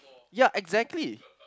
ya exactly